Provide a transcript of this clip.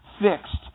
fixed